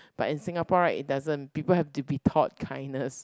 like in Singapore right it doesn't people have to be taught kindness